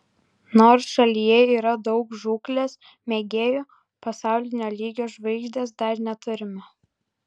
nors šalyje yra daug žūklės mėgėjų pasaulinio lygio žvaigždės dar neturime